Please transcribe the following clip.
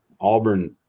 Auburn